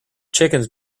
chickens